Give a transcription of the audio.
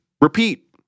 Repeat